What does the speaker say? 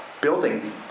building